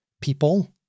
people